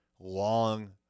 long